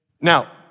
Now